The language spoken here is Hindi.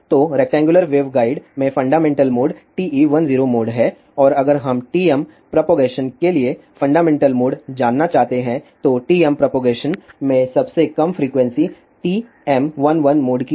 तो रेक्टेंगुलर वेवगाइड में फंडामेंटल मोड TE10 मोड है और अगर हम TM प्रोपगेशन के लिए फंडामेंटल मोड जानना चाहते हैं तो TM प्रोपगेशन में सबसे कम फ्रीक्वेंसी TM11 मोड की है